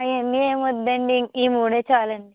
అవన్నీ ఏమొద్దండి ఈ మూడే చాలండి